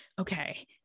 Okay